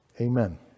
amen